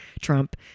Trump